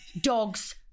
dogs